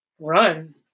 run